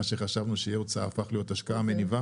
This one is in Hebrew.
מה שחשבנו שיהיה הוצאה, הפך להיות השקעה מניבה.